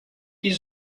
die